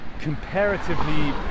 comparatively